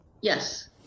Yes